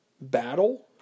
battle